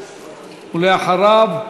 ואחריו,